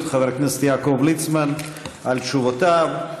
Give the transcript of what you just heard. חבר הכנסת יעקב ליצמן על תשובותיו.